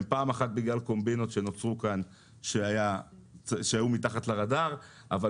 הם פעם אחת בגלל קומבינות שנוצרו כאן שהיו מתחת לרדאר אבל